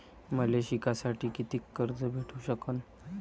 मले शिकासाठी कितीक कर्ज भेटू सकन?